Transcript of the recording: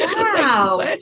Wow